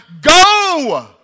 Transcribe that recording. go